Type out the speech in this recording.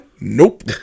Nope